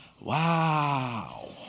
Wow